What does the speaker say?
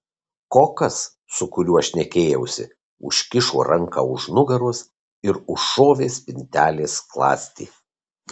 kokas su kuriuo šnekėjausi užkišo ranką už nugaros ir užšovė spintelės skląstį